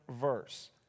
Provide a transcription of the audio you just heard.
verse